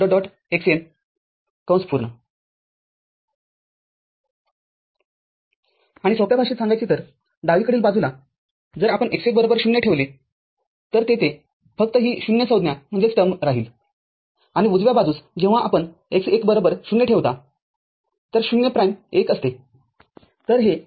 F1 x2 x3 xN आणि सोप्या भाषेत सांगायचे तरडावीकडील बाजूला जर आपण x १ बरोबर ० ठेवले तर तेथे फक्त ही ० संज्ञा राहीलआणि उजव्या बाजूस जेव्हा आपण x १ बरोबर ० ठेवतातर ० प्राइम१ असते